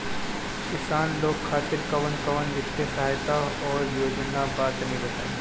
किसान लोग खातिर कवन कवन वित्तीय सहायता और योजना बा तनि बताई?